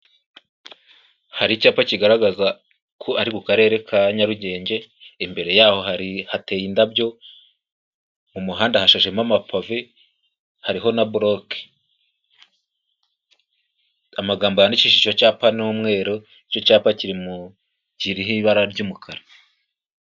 Hari icyapa kigaragaza ko ari mu karere ka Nyarugenge, imbere yaho hateye indabyo, mu muhanda hashashemo amapave hariho na buroke. Amagambo yandikishije icyo cyapa ni umweru, icyo cyapa kiriho ibara ry'umukara.